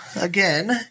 again